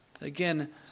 Again